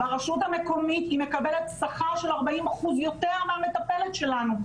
ברשות המקומית היא מקבלת שכר של 40% יותר מהמטפלת שלנו,